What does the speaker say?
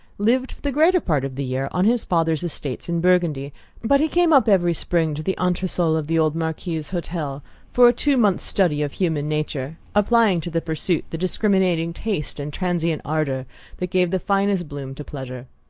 lived for the greater part of the year on his father's estates in burgundy but he came up every spring to the entresol of the old marquis's hotel for a two months' study of human nature, applying to the pursuit the discriminating taste and transient ardour that give the finest bloom to pleasure.